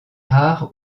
rare